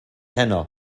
heno